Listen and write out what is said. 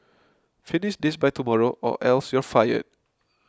finish this by tomorrow or else you'll fired